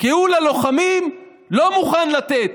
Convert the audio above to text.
כי הוא ללוחמים לא מוכן לתת.